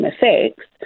effects